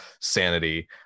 sanity